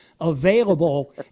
available